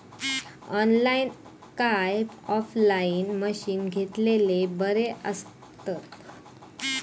Online काय offline मशीनी घेतलेले बरे आसतात?